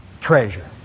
treasure